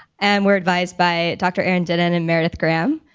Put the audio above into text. and we're advised by dr. aaron dedan and meredith graham